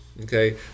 okay